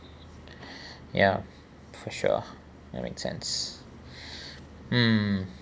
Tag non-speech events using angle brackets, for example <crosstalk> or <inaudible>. <breath> ya for sure that makes sense <breath> mm